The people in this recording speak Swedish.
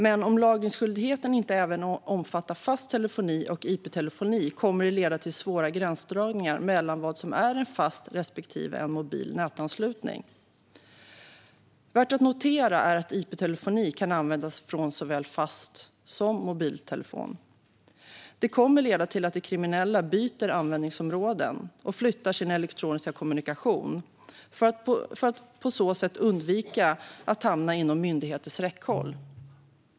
Men om lagringsskyldigheten inte även omfattar fast telefoni och ip-telefoni kommer det att leda till svåra gränsdragningar mellan vad som är en fast respektive en mobil nätanslutning. Värt att notera är att ip-telefoni kan användas från såväl fast som mobil telefon. Det kommer att leda till att de kriminella byter användningsområden och flyttar sin elektroniska kommunikation för att på så sätt undvika att hamna inom myndigheters räckhåll.